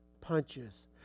punches